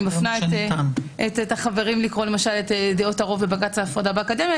אני מפנה את החברים לקרוא את דעות הרוב בבג"ץ והפרדה באקדמיה.